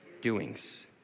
doings